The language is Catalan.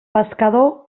pescador